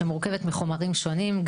שמורכבת מחומרים שונים.